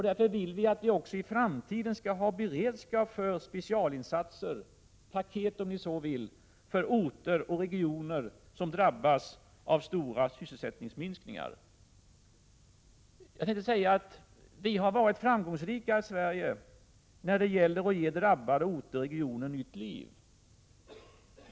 Därför vill vi även i framtiden ha beredskap för specialinsatser, paket om ni så vill, för orter och regioner som drabbas av stora sysselsättningsminskningar. Jag tänkte säga att vi har varit framgångsrika i Sverige när det gäller att ge drabbade orter och regioner nytt liv.